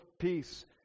peace